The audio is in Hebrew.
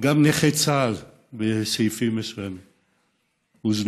גם נכי צה"ל בסעיפים מסוימים הוזנחו.